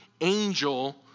angel